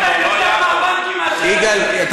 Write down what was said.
יגאל קוראים לו, לא יעקב.